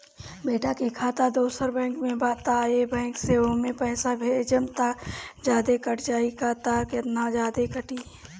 बेटा के खाता दोसर बैंक में बा त ए बैंक से ओमे पैसा भेजम त जादे कट जायी का त केतना जादे कटी?